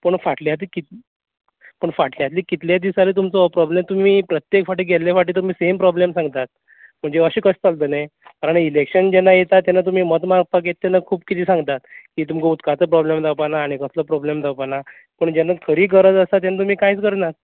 पूण फाटलें आतां कितलें पूण फाटलें आतां कितले दीस जालें तुमचो हो प्रोब्लेम तुमी प्रत्येक फावटी गेल्ले फावटी तुमी सेम प्रोब्लेम सांगतात म्हणजें अशें कशें चलतलें कारण इलेक्शन जेन्ना येता तेन्ना तुमी मतां मारपाक येता तेन्ना खूब कितें सांगता की तुमकां उदकाचो प्रोब्लम जावपाना आनी कसलो प्रोब्लम जावपाना पूण जेन्ना खरी गरज आसा तेन्ना तुमी कांयच करनात